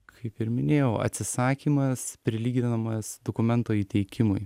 kaip ir minėjau atsisakymas prilyginamas dokumento įteikimui